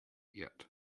yet